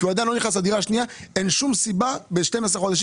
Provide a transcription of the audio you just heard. כי הם עדיין לא נכנסו לדירה השנייה אין שום סיבה לקבוע 12 חודשים.